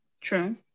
true